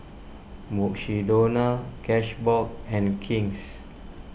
Mukshidonna Cashbox and King's